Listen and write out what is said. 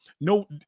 no